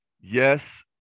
Yes